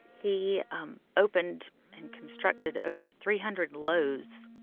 he um opened and constructed over three hundred lowe's.